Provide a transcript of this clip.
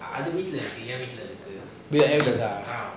வீட்டுல இருக்கா:veetula irukaa